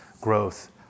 growth